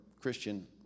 Christian